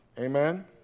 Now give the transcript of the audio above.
Amen